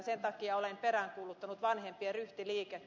sen takia olen peräänkuuluttanut vanhempien ryhtiliikettä